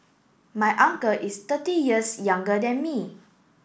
my uncle is thirty years younger than me